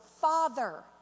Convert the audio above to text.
father